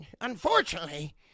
Unfortunately